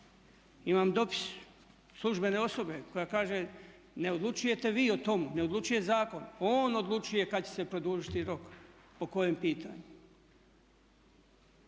imam dopis službene osobe koja kaže ne odlučujte vi o tome, ne odlučuju zakon, on odlučuje kad će se produžiti rok po kojem pitanju.